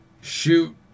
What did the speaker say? shoot